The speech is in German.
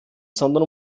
sondern